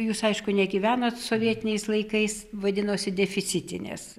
jūs aišku negyvenot sovietiniais laikais vadinosi deficitinės